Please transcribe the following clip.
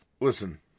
listen